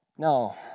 No